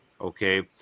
okay